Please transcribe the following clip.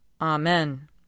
Amen